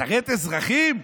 לשרת אזרחים?